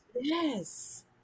yes